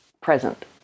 present